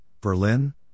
Berlin